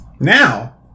Now